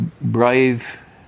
brave